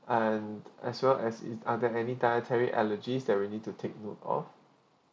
and as well as is are there any dietary allergy that we need to take note of